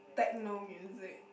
techno music